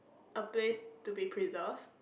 a place to be preserved